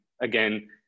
again